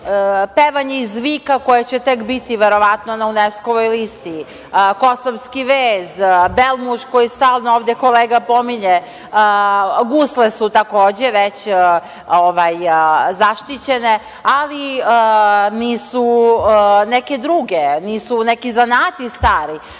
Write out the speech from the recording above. pevanje iz vika koje će, verovatno, tek biti na UNESKO-voj listi, kosovski vez, Belmuš koji stalno ovde kolega pominje, gusle su, takođe, već zaštićene, ali nisu neke druge, nisu neki stari